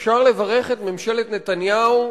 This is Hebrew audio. אפשר לברך את ממשלת נתניהו: